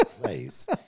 place